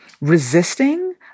Resisting